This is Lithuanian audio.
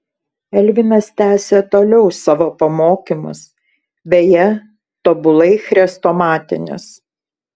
elvinas tęsė toliau savo pamokymus beje tobulai chrestomatinius